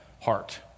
heart